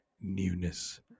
newness